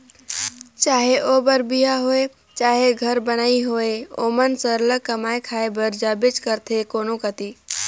चहे ओ बर बिहा होए चहे घर बनई होए ओमन सरलग कमाए खाए बर जाबेच करथे कोनो कती